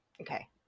okay